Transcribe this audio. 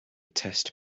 test